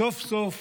סוף-סוף,